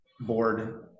board